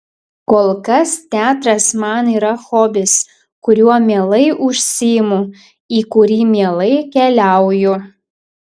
kol kas teatras man yra hobis kuriuo mielai užsiimu į kurį mielai keliauju